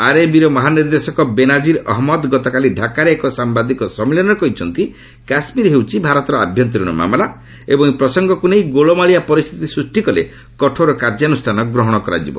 ଆର୍ଏବିର ମହାନିର୍ଦ୍ଦୋକ ବେନାଜିର୍ ଅହମ୍ମଦ ଗତକାଲି ଢାକାଠାରେ ଏକ ସାମ୍ଭାଦିକ ସମ୍ମିଳନୀରେ କହିଛନ୍ତି କାଶ୍ମୀର ହେଉଛି ଭାରତର ଆଭ୍ୟନ୍ତରୀଣ ମାମଲା ଏବଂ ଏହି ପ୍ରସଙ୍ଗକୁ ନେଇ ଗୋଳମାଳିଆ ପରିସ୍ଥିତି ସ୍ପଷ୍ଟି କଲେ କଠୋର କାର୍ଯ୍ୟାନୁଷ୍ଠାନ ଗ୍ରହଣ କରାଯିବ